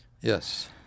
Yes